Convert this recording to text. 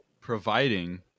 providing